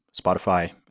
spotify